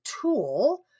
tool